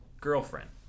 girlfriend